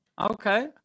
Okay